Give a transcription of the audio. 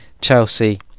Chelsea